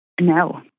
No